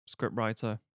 scriptwriter